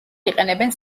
იყენებენ